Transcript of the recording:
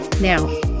Now